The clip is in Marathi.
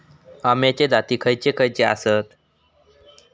अम्याचे जाती खयचे खयचे आसत?